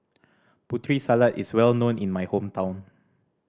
Putri Salad is well known in my hometown